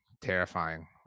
terrifying